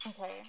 Okay